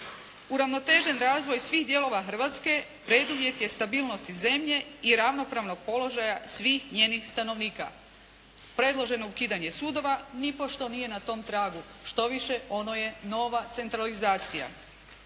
“Uravnotežen razvoj svih dijelova Hrvatske preduvjet je stabilnosti zemlje i ravnopravnog položaja svih njenih stanovnika.“ Predloženo ukidanje sudova nipošto nije na tom tragu, štoviše ono je nova centralizacija.